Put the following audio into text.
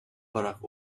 barack